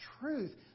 truth